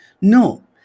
No